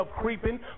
creeping